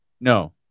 No